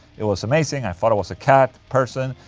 it was amazing, i thought i was a cat person.